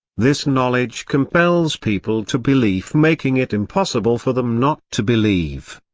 this knowledge compels people to belief making it impossible for them not to believe.